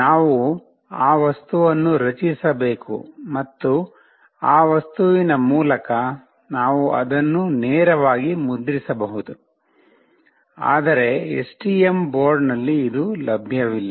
ನಾವು ಆ ವಸ್ತುವನ್ನು ರಚಿಸಬೇಕು ಮತ್ತು ಆ ವಸ್ತುವಿನ ಮೂಲಕ ನಾವು ಅದನ್ನು ನೇರವಾಗಿ ಮುದ್ರಿಸಬಹುದು ಆದರೆ ಎಸ್ಟಿಎಂ ಬೋರ್ಡ್ನಲ್ಲಿ ಇದು ಲಭ್ಯವಿಲ್ಲ